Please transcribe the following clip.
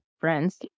friends